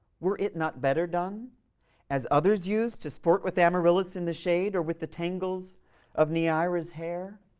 were it not better done as others use, to sport with amaryllis in the shade, or with the tangles of neaera's hair?